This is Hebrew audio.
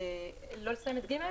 לא לסיים את (ג)?